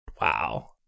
Wow